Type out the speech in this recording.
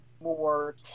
more